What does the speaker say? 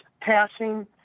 passing